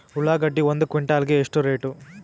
ಉಳ್ಳಾಗಡ್ಡಿ ಒಂದು ಕ್ವಿಂಟಾಲ್ ಗೆ ಎಷ್ಟು ರೇಟು?